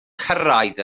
cyrraedd